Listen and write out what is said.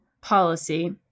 policy